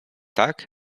tak